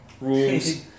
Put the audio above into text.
rules